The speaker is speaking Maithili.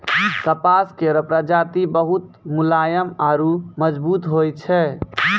कपास केरो प्रजाति बहुत मुलायम आरु मजबूत होय छै